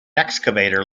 excavator